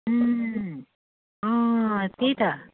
अँ त्यही त